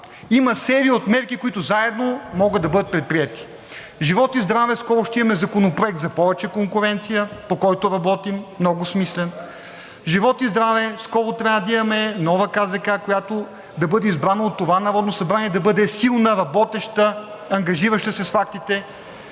има серия от мерки, които заедно могат да бъдат предприети. Живот и здраве, скоро ще имаме законопроект за повече конкуренция, по който работим – много смислен. Живот и здраве, скоро трябва да имаме нова КЗК, която да бъде избрана от това Народно събрание, да бъде силна, работеща, ангажираща се с фактите.